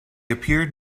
appeared